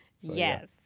Yes